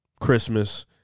Christmas